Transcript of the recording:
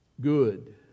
Good